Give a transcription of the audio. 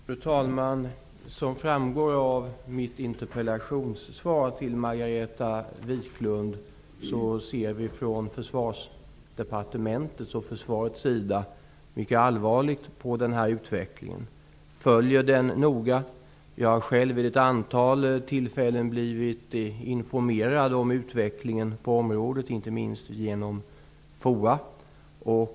Fru talman! Som framgår av mitt interpellationssvar till Margareta Viklund ser vi från Försvarsdepartementets och försvarets sida mycket allvarligt på den här utvecklingen. Vi följer den noga. Jag har själv vid ett antal tillfällen blivit informerad om utvecklingen på området, inte minst genom FOA.